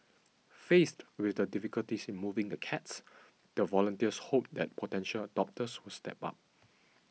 faced with the difficulties in moving the cats the volunteers hope that potential adopters will step up